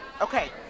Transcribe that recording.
Okay